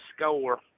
score